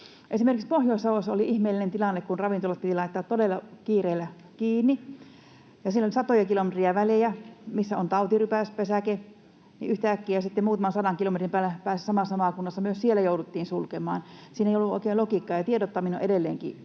Esimerkiksi Pohjois-Savossa oli ihmeellinen tilanne, kun ravintolat piti laittaa todella kiireellä kiinni ja siellä oli satoja kilometrejä väliä siihen, missä oli tautirypäspesäke: yhtäkkiä sitten myös muutaman sadan kilometrin päässä samassa maakunnassa jouduttiin sulkemaan. Siinä ei ollut oikein logiikkaa, ja tiedottaminen on edelleenkin hyvin ontuvaa.